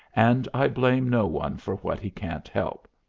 and i blame no one for what he can't help,